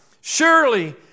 surely